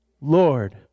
Lord